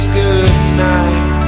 goodnight